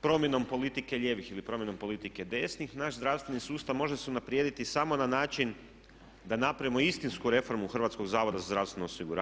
promjenom politike lijevih ili promjenom politike desnih, naš zdravstveni sustav može se unaprijediti samo na način da napravimo istinsku reformu Hrvatskog zavoda za zdravstveno osiguranje.